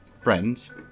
friends